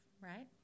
right